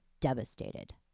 devastated